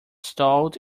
stalled